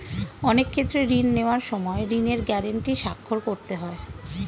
অনেক ক্ষেত্রে ঋণ নেওয়ার সময় ঋণের গ্যারান্টি স্বাক্ষর করতে হয়